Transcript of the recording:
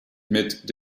mit